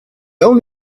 only